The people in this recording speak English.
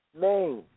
Maine